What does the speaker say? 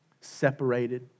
Separated